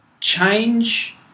change